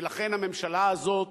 ולכן הממשלה הזאת